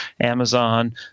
Amazon